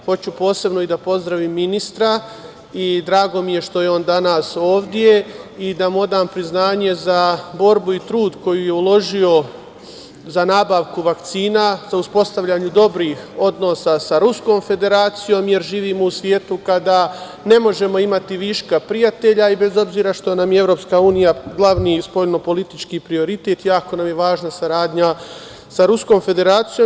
Hoću posebno da pozdravim ministra i drago mi je što je on danas ovde i da mu odam priznanje za borbu i trud koju je uložio za nabavku vakcina, za uspostavljanje dobrih odnosa sa Ruskom Federacijom, jer živimo u svetu kada ne možemo imati viška prijatelja i bez obzira što nam je EU glavni spoljno-politički prioritet, jako nam je važna saradnja sa Ruskom Federacijom.